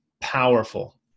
powerful